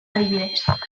adibidez